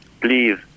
please